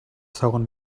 segon